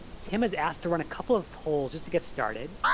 tim has asked to run a couple of polls just to get started.